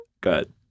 Good